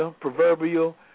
Proverbial